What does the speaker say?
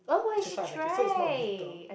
which is why I like it so it's not bitter